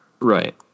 Right